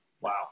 Wow